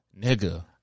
nigga